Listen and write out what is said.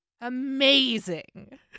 Amazing